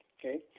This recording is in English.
okay